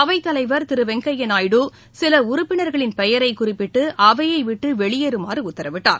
அவைத்தலைவர் திரு வெங்கையா நாயுடு சில உறுப்பினர்களின் பெயரை குறிப்பிட்டு அவையை விட்டு வெளியேறுமாறு உத்தரவிட்டார்